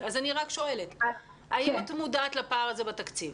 אז למה אתם מבטלים את זה ככה?